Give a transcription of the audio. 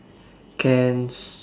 cans